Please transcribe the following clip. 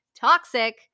toxic